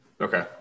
Okay